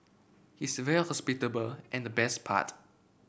he's very hospitable and the best part